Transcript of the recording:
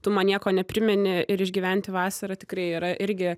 tu man nieko neprimeni ir išgyventi vasarą tikrai yra irgi